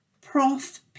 prof